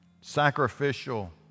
sacrificial